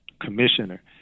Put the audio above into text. commissioner